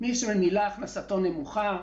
מי שממילא הכנסתו נמוכה,